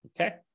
Okay